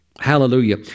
hallelujah